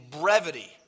brevity